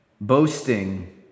Boasting